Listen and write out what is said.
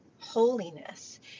holiness